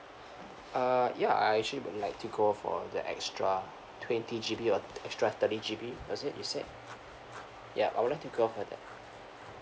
uh ya I actually would like to go for the extra twenty G_B or extra thirty G_B does it you said yup I would like to go for that